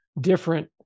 different